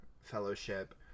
fellowship